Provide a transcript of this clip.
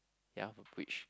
ya of which